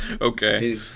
Okay